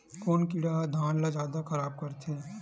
कोन कीड़ा ह धान ल जादा खराब करथे?